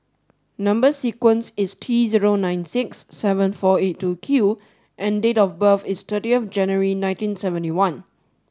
number sequence is T zero nine six seven four eight two Q and date of birth is thirty of January nineteen seventy one